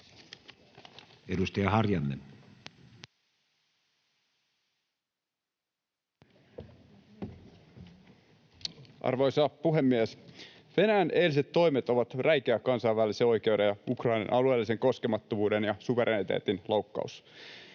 14:15 Content: Arvoisa puhemies! Venäjän eiliset toimet ovat räikeä kansainvälisen oikeuden ja Ukrainan alueellisen koskemattomuuden ja suvereniteetin loukkaus.